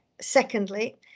Secondly